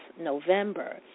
november